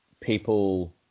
people